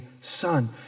son